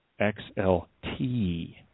XLT